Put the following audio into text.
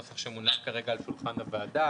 הנוסח שמונח כרגע על שולחן הוועדה.